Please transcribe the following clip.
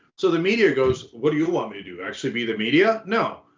so the media goes, what do you want me to do, actually be the media? no,